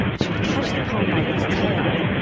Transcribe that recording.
she would catch the poem by its tail,